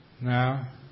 Now